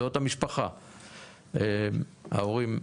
זאת המשפחה, ההורים.